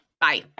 Bye